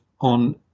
on